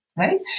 Right